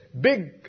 big